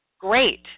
great